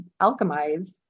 alchemize